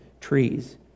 trees